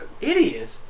Idiots